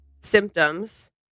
symptoms